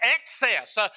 excess